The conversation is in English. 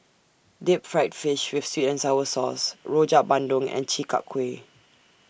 Deep Fried Fish with Sweet and Sour Sauce Rojak Bandung and Chi Kak Kuih